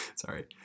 Sorry